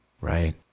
Right